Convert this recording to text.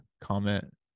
comment